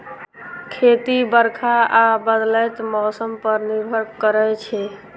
खेती बरखा आ बदलैत मौसम पर निर्भर करै छै